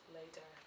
later